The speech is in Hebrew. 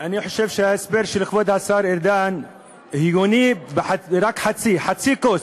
אני חושב שההסבר של כבוד השר ארדן הגיוני רק בחצי הכוס.